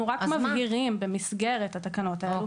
אנחנו רק מבהירים במסגרת התקנות האלו,